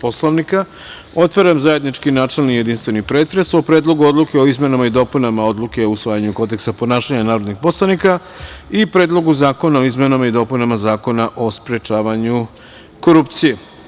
Poslovnika, otvaram zajednički načelni i jedinstveni pretres o Predlogu odluke o izmenama i dopunama Odluke o usvajanju Kodeksa ponašanja narodnih poslanika i Predlogu zakona o izmenama i dopunama Zakona o sprečavanju korupcije.